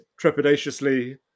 trepidatiously